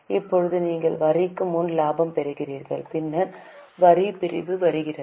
இப்போது நீங்கள் வரிக்கு முன் லாபம் பெறுகிறீர்கள் பின்னர் வரி பிரிவு வருகிறது